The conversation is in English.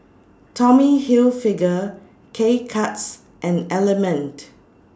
Tommy Hilfiger K Cuts and Element